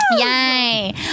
Yay